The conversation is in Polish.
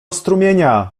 strumienia